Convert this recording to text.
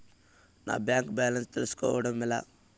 నా bank balance తెలుస్కోవడం ఎలా?